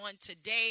today